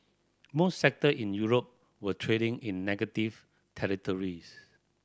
most sector in Europe were trading in negative territories